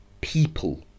people